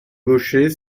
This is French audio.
gaucher